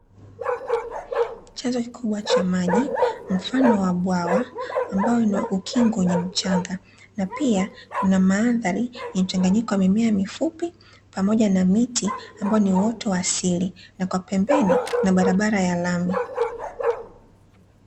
Chanzo kikubwa cha maji mfano wa bwawa ambao ukingo ni mchanga. Na pia kuna maandhari ya mchanganyiko wa mimea mifupi pamoja na miti ambayo ni uoto wa asili. Na kwa pembeni kuna barabara ya lami.